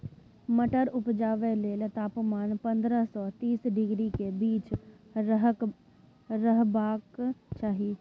मटर उपजाबै लेल तापमान पंद्रह सँ तीस डिग्री केर बीच रहबाक चाही